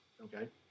okay